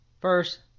First